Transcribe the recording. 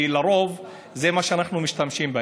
כי לרוב באלה אנחנו משתמשים.